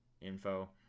info